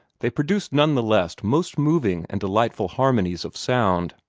they produced none the less most moving and delightful harmonies of sound.